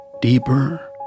deeper